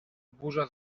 burza